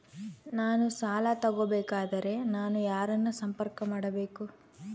ನಾನು ಸಾಲ ತಗೋಬೇಕಾದರೆ ನಾನು ಯಾರನ್ನು ಸಂಪರ್ಕ ಮಾಡಬೇಕು?